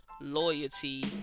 loyalty